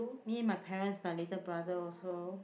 me and my parents my little brother also